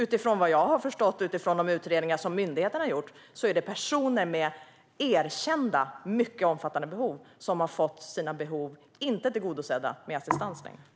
Utifrån vad jag har förstått och utifrån de utredningar som myndigheten har gjort rör det sig om personer med erkända och mycket omfattande behov som inte längre har fått sina behov av assistans tillgodosedda.